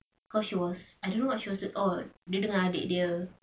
cause she was I don't know what she was at mall dia dengan adik dia